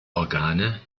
organe